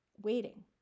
waiting